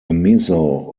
mezzo